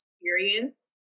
experience